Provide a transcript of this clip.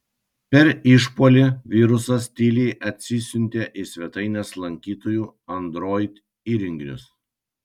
per išpuolį virusas tyliai atsisiuntė į svetainės lankytojų android įrenginius